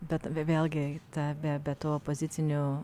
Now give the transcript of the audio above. bet vė vėlgi ta be tų opozicinių